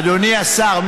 אדוני השר,